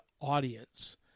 audience